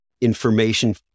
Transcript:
information